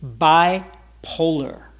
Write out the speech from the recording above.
bipolar